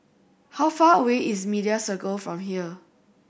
how far away is Media Circle from here